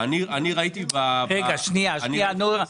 שנייה תשובה.